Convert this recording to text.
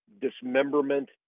dismemberment